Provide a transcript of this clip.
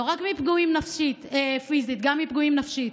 לא רק מהיותם פגועים פיזית אלא גם מהיותם פגועים נפשית.